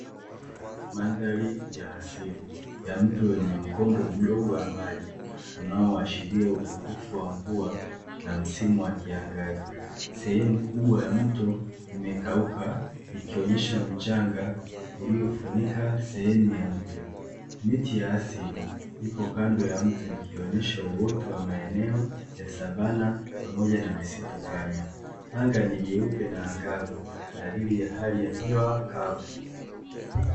Mandhari ya asili ya mtu wenye mkondo mdogo wa maji tunaoa shiria upungufu wa mvua na msimu wa kiangazi sehemu kubwa ya mto imekauka ikionyesha mchanga uliofunika sehemu ya mtu miti ya asili upande wa mto ikionyesha wote wa maeneo ya savanna nje na misitu ngapi anga ni jeupe na angavu dalili ya hali ya hewa.